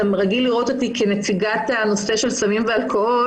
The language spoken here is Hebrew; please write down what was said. אתה רגיל לראות אותי כנציגת הנושא של סמים ואלכוהול,